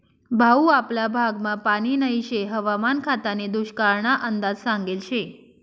भाऊ आपला भागमा पानी नही शे हवामान खातानी दुष्काळना अंदाज सांगेल शे